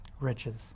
riches